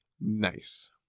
Nice